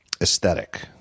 aesthetic